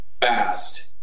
fast